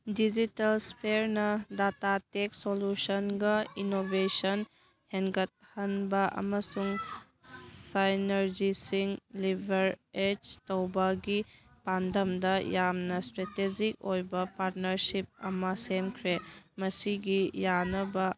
digital ꯐꯤꯌꯔꯅ data tech ꯁꯣꯂꯨꯁꯟꯒ innovation ꯍꯦꯟꯒꯠꯍꯟꯕ ꯑꯃꯁꯨꯡ ꯁꯥꯏꯅꯔꯖꯤꯁꯤꯡ ꯂꯤꯕꯔꯑꯦꯖ ꯇꯧꯕꯒꯤ ꯄꯥꯟꯗꯝꯗ ꯌꯥꯝꯅ ꯏꯁꯇ꯭ꯔꯦꯇꯤꯖꯤꯛ ꯑꯣꯏꯕ ꯄꯥꯠꯅꯔꯁꯤꯞ ꯑꯃ ꯁꯦꯝꯈ꯭ꯔꯦ ꯃꯁꯤꯒꯤ ꯌꯥꯅꯕ